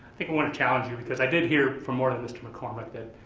think i want to challenge you because i did hear, from more than mr. mccormick, that